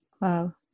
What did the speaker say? Wow